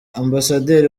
ambasaderi